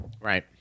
Right